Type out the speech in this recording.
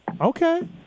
Okay